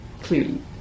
clearly